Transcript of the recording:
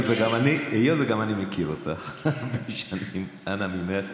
קטי, היות שגם אני מכיר אותך הרבה שנים, אנא ממך.